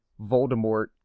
Voldemort